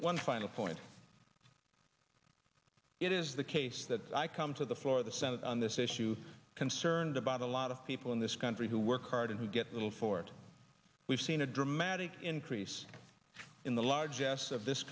one final point it is the case that i come to the floor of the senate on this issue concerned about a lot of people in this country who work hard and who get little for it we've seen a dramatic increase in the large s of this